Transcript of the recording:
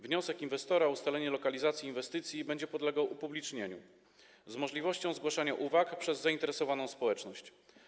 Wniosek inwestora o ustalenie lokalizacji inwestycji będzie podlegał upublicznieniu, z możliwością zgłaszania uwag przez zainteresowaną społeczność.